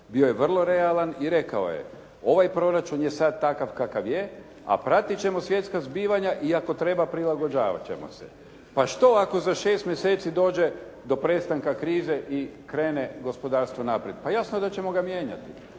Bio je vrlo realan i rekao je, ovaj proračun je sada takav kakav je, a pratit ćemo svjetska zbivanja i ako treba prilagođavat ćemo se. Pa što ako za 6 mjeseci dođe do prestanka krize i krene gospodarstvo naprijed. Pa jasno da ćemo ga mijenjati,